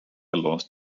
lost